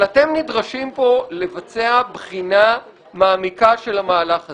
אבל אתם נדרשים פה לבצע בחינה מעמיקה של המהלך הזה.